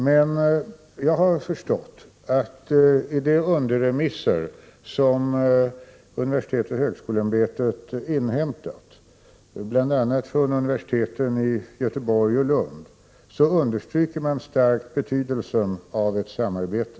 Jag har emellertid förstått att i de underremisser som universitetsoch högskoleämbetet har inhämtat, bl.a. från universiteten i Göteborg och Lund, så understryker man starkt betydelsen av ett samarbete.